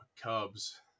cubs